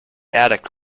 attic